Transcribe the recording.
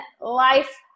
Life